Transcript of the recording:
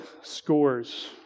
scores